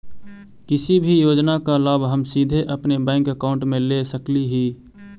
किसी भी योजना का लाभ हम सीधे अपने बैंक अकाउंट में ले सकली ही?